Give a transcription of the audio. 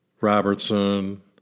Robertson